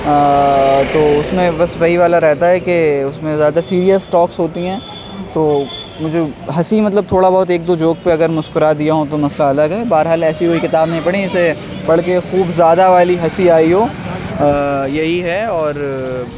تو اس میں بس وہی والا رہتا ہے کہ اس میں زیادہ سریس ٹاکس ہوتی ہیں تو وہ جو ہنسی مطلب تھوڑا بہت ایک دو جوک اگر مسکرا دیا ہوں تو مسئلہ الگ ہے بہرحال ایسی کوئی کتاب نہیں پڑھی ہیں جسے پڑھ کے خوب زیادہ والی ہنسی آئی ہو یہی ہے اور